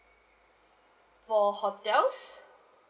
for hotels